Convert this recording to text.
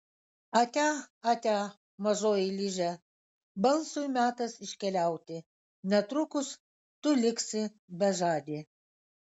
atia atia mažoji liže balsui metas iškeliauti netrukus tu liksi bežadė